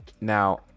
now